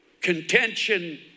contention